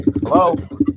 Hello